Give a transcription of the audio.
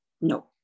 no